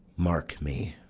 mark me.